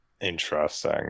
Interesting